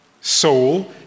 soul